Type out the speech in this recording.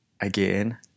again